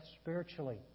spiritually